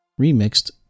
remixed